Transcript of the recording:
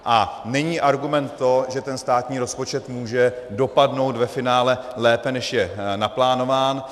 A není argument to, že ten státní rozpočet může dopadnout ve finále lépe, než je naplánován.